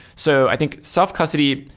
so i think self-custody,